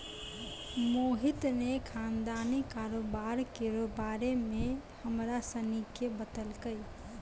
मोहित ने खानदानी कारोबार केरो बारे मे हमरा सनी के बतैलकै